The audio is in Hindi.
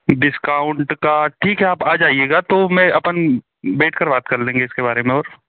डिस्काउंट का ठीक है आप आजाइएगा तो मैं अपन बैठ कर बात कर लेंगे इसके बारे में और